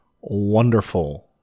Wonderful